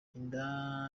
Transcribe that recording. inda